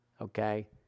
Okay